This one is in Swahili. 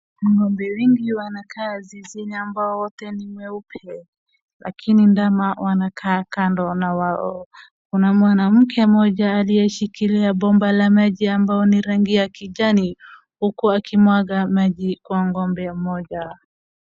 Ng'ombe wengi wanakaa zizini ambao wote ni weupe lakini ndama wanakaa kando wanawaona. Kuna mwanamke mmoja aliyeye anashikiria bomba la maji ambalo ni rangi ya kijani huku akimwaga maji kwa ng'ombe mmoja.